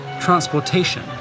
transportation